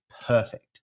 perfect